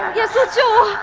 yes ah to